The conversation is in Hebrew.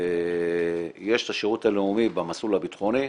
יש את השירות הלאומי במסלול הביטחוני,